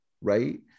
right